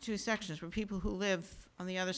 two sections for people who live on the other